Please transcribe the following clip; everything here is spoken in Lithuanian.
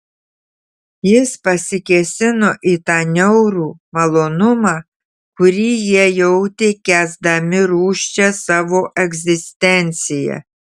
jis pasikėsino į tą niaurų malonumą kurį jie jautė kęsdami rūsčią savo egzistenciją